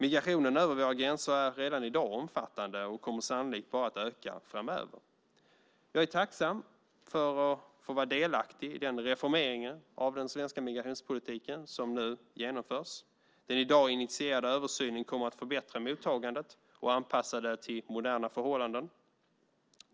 Migrationen över våra gränser är redan i dag omfattande och kommer sannolikt bara att öka framöver. Jag är tacksam över att få vara delaktig i den reformering av den svenska migrationspolitiken som nu genomförs. Den i dag initierade översynen kommer att förbättra mottagandet och anpassa det till moderna förhållanden.